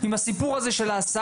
עם הסיפור הזה של ההסעה,